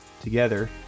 together